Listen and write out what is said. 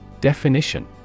Definition